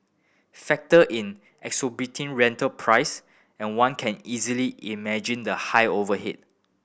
factor in exorbitant rental price and one can easily imagine the high overhead